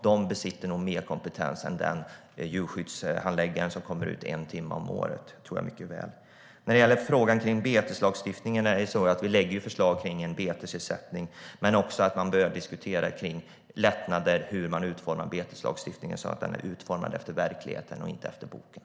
De besitter nog mer kompetens än den djurskyddshandläggare som kommer ut en timme om året. Det tror jag mycket väl. När det gäller frågan om beteslagstiftningen lägger vi fram förslag om en betesersättning men också om att man bör diskutera lättnader när man utformar beteslagstiftningen så att den är utformad efter verkligheten och inte efter boken.